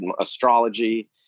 astrology